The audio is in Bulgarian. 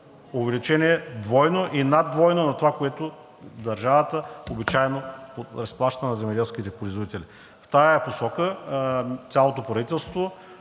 увеличение двойно и над двойно на това, което държавата обичайно изплаща на земеделските производители. В тази посока цялото правителство,